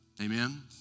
Amen